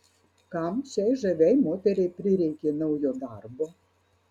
kam šiai žaviai moteriai prireikė naujo darbo